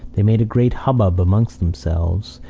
they made a great hubbub amongst themselves,